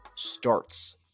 starts